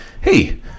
hey